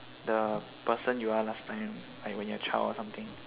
the person you are last time like when you're a child or something